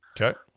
Okay